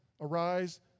arise